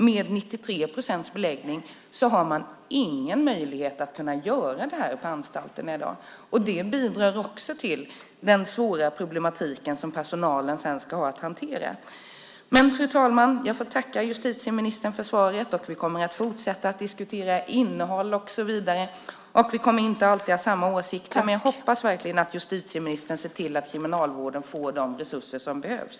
Med 93 procents beläggning har man ingen möjlighet att kunna göra det här på anstalterna i dag, och det bidrar också till den svåra problematik som personalen sedan ska ha att hantera. Fru talman! Jag får tacka justitieministern för svaret. Vi kommer att fortsätta diskutera innehåll och så vidare, och vi kommer inte alltid att ha samma åsikter, men jag hoppas verkligen att justitieministern ser till att Kriminalvården får de resurser som behövs.